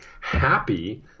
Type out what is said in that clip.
Happy